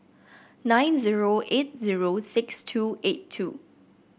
nine zero eight zero six two eight two